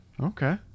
okay